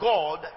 God